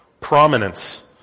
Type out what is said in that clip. prominence